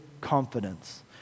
confidence